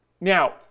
now